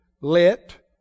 let